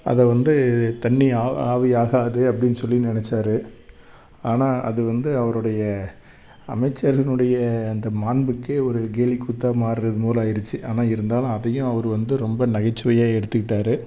அதை வந்து தண்ணி ஆ ஆவி ஆகாது அப்படின் சொல்லி நினச்சாரு ஆனால் அது வந்து அவருடைய அமைச்சரினுடைய அந்த மாண்புக்கு ஒரு கேலிக்கூத்தாக மாருறது போல ஆகிடுச்சி ஆனால் இருந்தாலும் அதையும் அவர் வந்து ரொம்ப நகைச்சுவையாக எடுத்துக்கிட்டார்